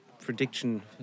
prediction